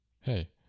hey